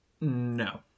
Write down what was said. No